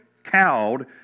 cowed